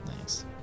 Nice